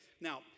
Now